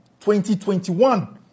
2021